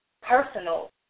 personal